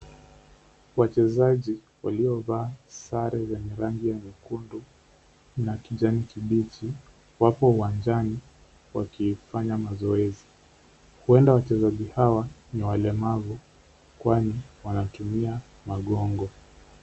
Wachezaji waliovaa sare ya rangi nyekundu na kijani kibichi wako uwanjani wakifanya mazoezi. Huenda wachezaji hawa ni walemavu kwani wanatumia magongo.